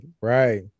right